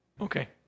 Okay